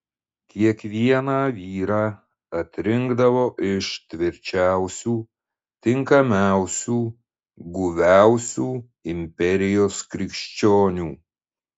kiekvieną vyrą atrinkdavo iš tvirčiausių tinkamiausių guviausių imperijos krikščionių